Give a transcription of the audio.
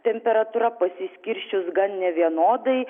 temperatūra pasiskirsčius gan nevienodai